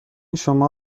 شما